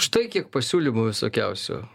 štai kiek pasiūlymų visokiausių